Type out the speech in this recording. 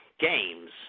Games